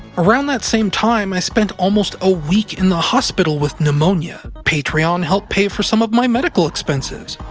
around that same time, i spent almost a week in the hospital with pneumonia. patreon helped pay for some of my medical expenses.